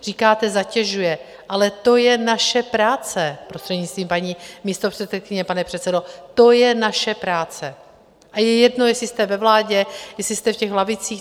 Říkáte zatěžuje, ale to je naše práce, prostřednictvím paní místopředsedkyně, pane předsedo, to je naše práce a je jedno, jestli jste ve vládě, jestli jste v těch lavicích.